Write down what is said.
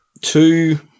two